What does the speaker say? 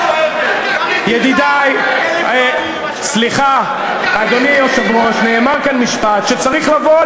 ידידי, אלף פעמים, השקרים שלך לא יעבדו,